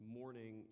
morning